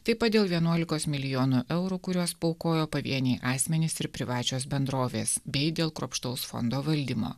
taip pat dėl vienuolikos milijonų eurų kuriuos paaukojo pavieniai asmenys ir privačios bendrovės bei dėl kruopštaus fondo valdymo